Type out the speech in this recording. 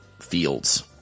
fields